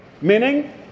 Meaning